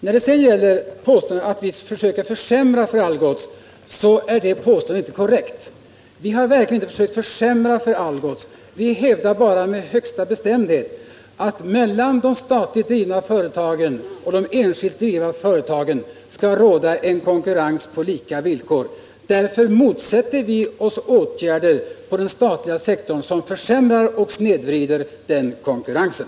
När det gäller påståendet att vi försöker försämra för Algots, så är detta inte korrekt. Vi har verkligen inte försökt försämra för Algots. Vi hävdar bara med största bestämdhet att mellan de statligt drivna och de enskilt drivna företagen skall råda konkurrens på lika villkor. Därför motsätter vi oss åtgärder på den statliga sektorn som försämrar och snedvrider den konkurrensen.